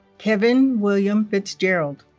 kevin william fitzgerald